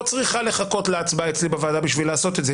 צריכה לחכות להצבעה אצלי בוועדה בשביל לעשות את זה,